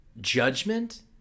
Judgment